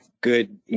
good